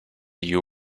you